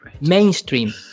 mainstream